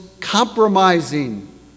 compromising